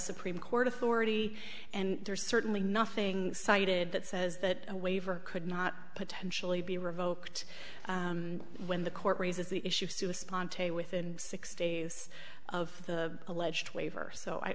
supreme court authority and there's certainly nothing cited that says that a waiver could not potentially be revoked when the court raises the issue of super spy on tape within six days of the alleged waiver so i